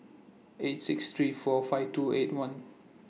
eight six three four five two eight one